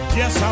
yes